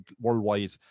worldwide